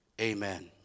amen